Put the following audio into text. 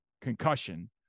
concussion